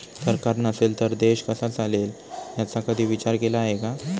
सरकार नसेल तर देश कसा चालेल याचा कधी विचार केला आहे का?